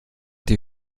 die